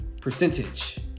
percentage